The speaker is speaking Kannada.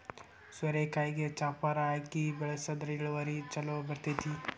ಸೋರೆಕಾಯಿಗೆ ಚಪ್ಪರಾ ಹಾಕಿ ಬೆಳ್ಸದ್ರ ಇಳುವರಿ ಛಲೋ ಬರ್ತೈತಿ